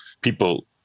people